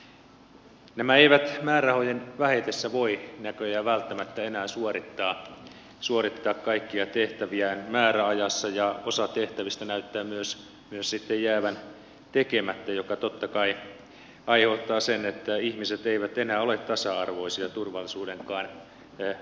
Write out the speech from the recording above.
nä mä eivät määrärahojen vähetessä voi näköjään välttämättä enää suorittaa kaikkia tehtäviään määräajassa ja osa tehtävistä näyttää myös sitten jäävän tekemättä mikä totta kai aiheuttaa sen että ihmiset eivät enää ole tasa arvoisia turvallisuudenkaan osalta